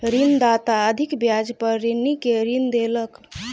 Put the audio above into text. ऋणदाता अधिक ब्याज पर ऋणी के ऋण देलक